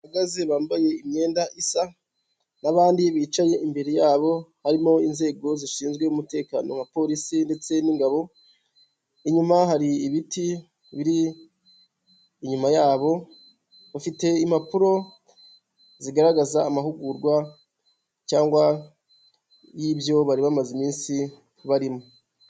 Abantu bahagaze bambaye imyenda isa n'abandi bicaye imbere yabo harimo inzego zishinzwe umutekano wa polisi ndetse n'ingabo, inyuma hari ibiti biri inyuma yabo, bafite impapuro zigaragaza amahugurwa cyangwa y'ibyo bari bamaze iminsi barimo.